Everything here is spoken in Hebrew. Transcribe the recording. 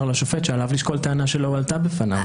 לשופט שעליו לשקול טענה שלא הועלתה בפניו.